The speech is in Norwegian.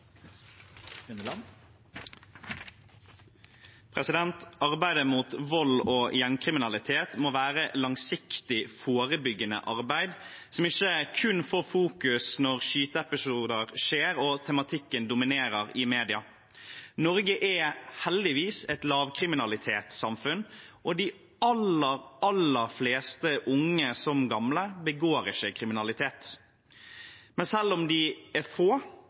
Arbeidet mot vold og gjengkriminalitet må være et langsiktig, forebyggende arbeid som ikke kun settes i fokus når skyteepisoder skjer og tematikken dominerer i media. Norge er heldigvis et lavkriminalitetssamfunn, og de aller, aller fleste – unge som gamle – begår ikke kriminalitet. Men selv om de er få,